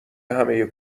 همه